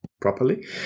properly